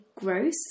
gross